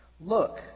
Look